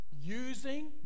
using